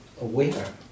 aware